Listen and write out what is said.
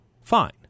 fine